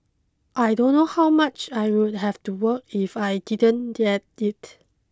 I don't know how much I would have to work if I didn't get it